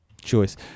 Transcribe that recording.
choice